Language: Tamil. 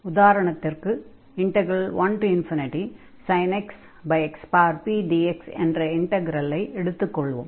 அடுத்து உதாரணமாக 1sin x xpdx என்ற இன்டக்ரலை எடுத்துக் கொள்வோம்